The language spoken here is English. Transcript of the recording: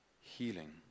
healing